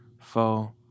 four